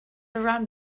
around